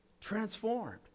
Transformed